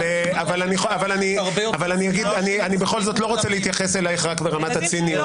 אני לא רוצה להתייחס אליך רק ברמת הציניות.